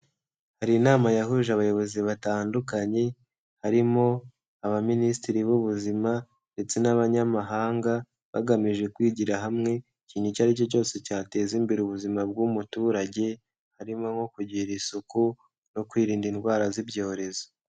Hari inama yahuje abayobozi batandukanye harimo abaminisitiri b'ubuzima ndetse n'abanyamahanga, bagamije kwigira hamwe ikintu icyo ari cyo cyose cyateza imbere ubuzima bw'umuturage, harimo nko kugira isuku no kwirinda indwara z'ibyorezo.